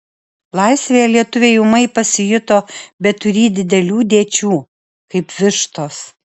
laisvėje lietuviai ūmai pasijuto beturį didelių dėčių kaip vištos